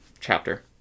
Chapter